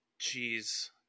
Jeez